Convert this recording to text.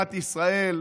במדינת ישראל.